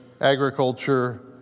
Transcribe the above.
agriculture